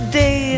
day